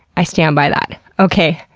i stand by that. okay,